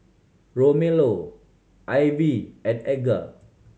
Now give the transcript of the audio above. Romello Ivie and Edgar